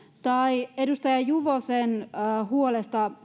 tai edustaja juvosen huolta